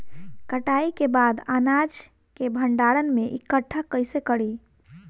कटाई के बाद अनाज के भंडारण में इकठ्ठा कइसे करी?